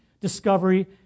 discovery